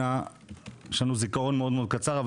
יש לנו זיכרון מאוד מאוד קצר,